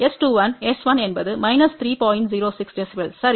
06 dB சரி